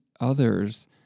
others